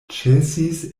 ĉesis